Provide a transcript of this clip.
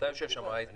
אתה יושב שם.